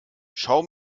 schau